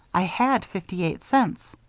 i had fifty-eight cents.